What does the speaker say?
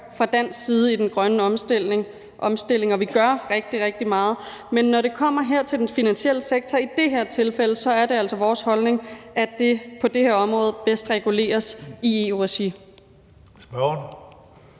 fra dansk side i den grønne omstilling, og vi gør rigtig, rigtig meget, men når det kommer til den finansielle sektor i det her tilfælde, er det altså vores holdning, at det på det her område bedst reguleres i EU-regi.